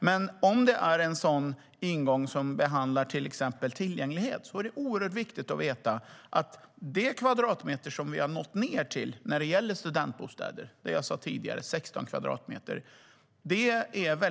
Men om det är en sådan ingång som behandlar till exempel tillgänglighet är det oerhört viktigt att veta att de kvadratmeter som vi har nått ned till när det gäller studentbostäder är 16 kvadratmeter, som jag sa tidigare.